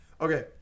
Okay